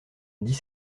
dix